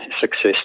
success